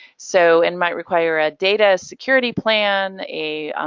so and might require a data security plan, a